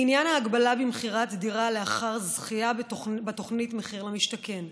לעניין ההגבלה במכירת דירה לאחר זכייה בתוכנית מחיר למשתכן,